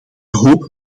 hoop